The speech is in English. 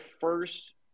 first